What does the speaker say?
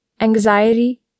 anxiety